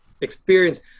experience